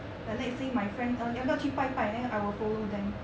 but let's say my friend ask 你要不要去拜拜 then I will follow them